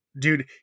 dude